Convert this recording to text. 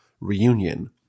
reunion